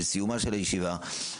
בסיומה של הישיבה,